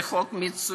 זה חוק מצוין.